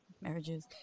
marriages